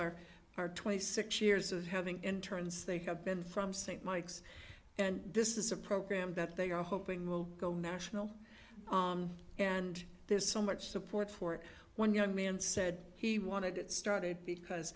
our hard twenty six years of having internes they have been from st mike's and this is a program that they are hoping will go national and there's so much support for one young man said he wanted it started because